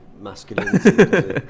masculinity